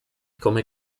come